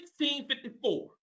1654